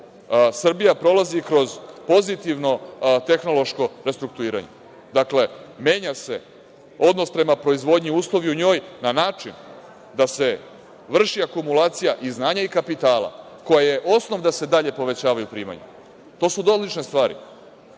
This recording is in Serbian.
Srbija prolazi kroz pozitivno tehnološko restrukturiranje. Dakle, menja se odnos prema proizvodnji, uslovi u njoj na način da se vrši akumulacija i znanja i kapitala koja je osnov da se dalje povećavaju primeri. To su odlične stvari.